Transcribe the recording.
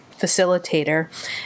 facilitator